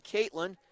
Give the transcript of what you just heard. Caitlin